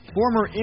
former